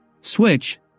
Switch